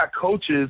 coaches